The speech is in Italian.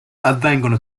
avvengono